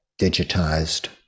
digitized